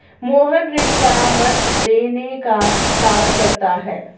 मोहन ऋण परामर्श देने का काम करता है